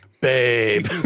Babe